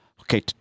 Okay